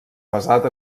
basat